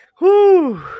Whoo